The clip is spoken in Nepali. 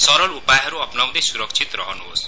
सरल उपायहरू अपनाउँदै सुरक्षित रहनुहोस्